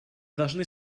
должны